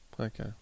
Okay